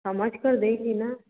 समझ कर देंगी ना